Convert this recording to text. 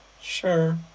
Sure